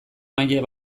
maila